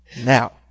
Now